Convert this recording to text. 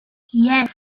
yes